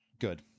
good